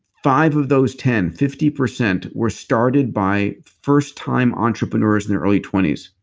five of those ten, fifty percent, were started by first time entrepreneurs in their early twenty s.